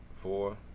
four